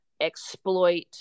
exploit